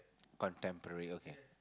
contemporary okay